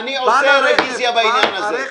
עושה רביזיה בעניין הזה.